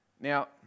Now